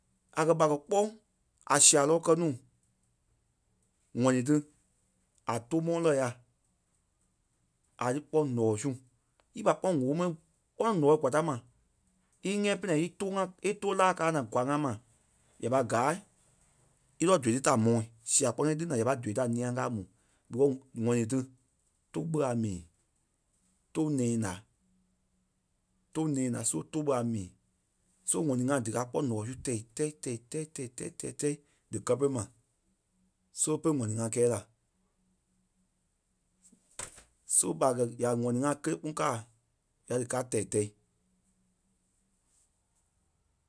A kɛ̀ ɓa kɛ kpɔ́ a sia lɔɔ kɛ́ nuu. ŋ̀ɔni ti a tou mɔ́ɔ lɛ́ ya. A lí kpɔ́ ǹɔɔ su. E pai kpɔnɔ ŋ̀óo mɛni kpɔ́ ǹɔɔ kwaa ta ma e ŋɛ́i pili naa í tou ŋa í tou láa káa naa kwaa ŋa ma ya pâi gaa either doui ti da mɔ́ɔ. Sia kpɔnɔ í lí naa ya pâi doui ta ńîa kaa mu because ŋ̀ɔnii ti tou ɓé a mii. Tou nɛ̃ɛ ǹá. Tou nɛ̃ɛ ǹá so tou ɓe a mii. So ŋ̀ɔni ŋai díkaa kpɔ́ ǹɔɔ su tɛi tɛi tɛi tɛi tɛi tɛi tɛi tɛi dí kɛ́ pere ma. So pe mɛni ŋai kɛɛ la. So ɓa kɛ̀ ya ŋ̀ɔnii ŋai kélee kpîŋ káa ya dí káa tɛi tɛi.